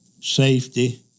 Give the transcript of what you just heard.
safety